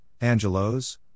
Angelos